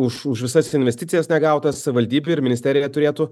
už už visas investicijas negautas savivaldybė ir ministerija turėtų